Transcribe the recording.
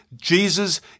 Jesus